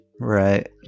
right